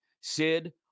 Sid